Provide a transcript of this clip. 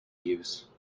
use